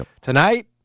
Tonight